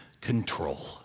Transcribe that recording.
control